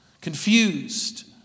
confused